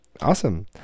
Awesome